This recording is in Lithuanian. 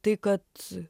tai kad